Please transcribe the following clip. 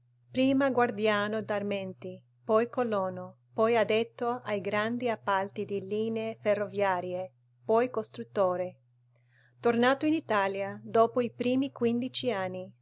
prima guardiano d'armenti poi colono poi addetto ai grandi appalti di linee ferroviarie poi costruttore tornato in italia dopo i primi quindici anni